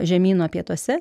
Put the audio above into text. žemyno pietuose